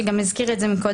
שגם הזכירה את זה מקודם,